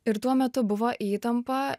ir tuo metu buvo įtampa